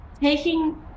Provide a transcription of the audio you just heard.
taking